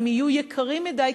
כי הם יהיו יקרים מדי,